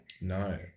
No